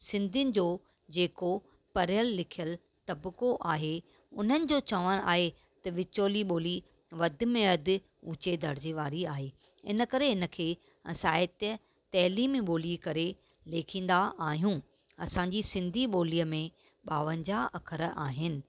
सिंधियुनि जो जेको पढ़ियल लिखियल तबिक़ो आहे उन्हनि जो चवणु आहे त विचोली ॿोली वधि में वधि उचे दरिजेवारी आहे इनकरे हिनखे साहित्य तैलीमी ॿोली करे लेखींदा आहियूं असांजी सिंधी ॿोलीअ में ॿावंजाह अखर आहिनि